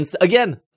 Again